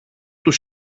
του